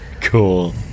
Cool